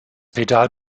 pedal